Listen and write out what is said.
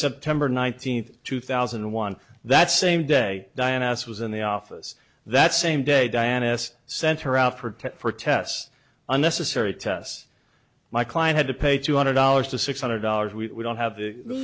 september nineteenth two thousand and one that same day diane ass was in the office that same day diana's sent her out for tech protests unnecessary tests my client had to pay two hundred dollars to six hundred dollars we don't have the